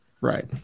Right